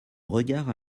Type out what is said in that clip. regard